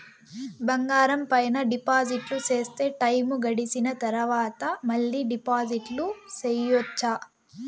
బంగారం పైన డిపాజిట్లు సేస్తే, టైము గడిసిన తరవాత, మళ్ళీ డిపాజిట్లు సెయొచ్చా?